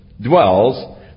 dwells